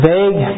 Vague